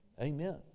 Amen